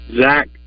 Zach